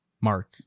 Mark